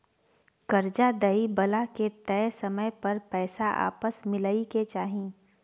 कर्जा दइ बला के तय समय पर पैसा आपस मिलइ के चाही